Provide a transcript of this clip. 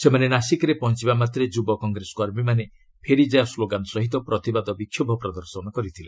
ସେମାନେ ନାସିକ୍ରେ ପହଞ୍ଚବା ମାତ୍ରେ ଯୁବ କଂଗ୍ରେସ କର୍ମୀମାନେ ଫେରିଯାଅ ସ୍କୋଗାନ ସହିତ ପ୍ରତିବାଦ ବିକ୍ଷୋଭ ପ୍ରଦର୍ଶନ କରିଥିଲେ